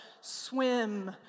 swim